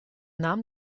nahm